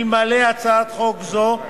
אלמלא הצעת חוק זו,